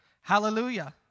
Hallelujah